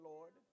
Lord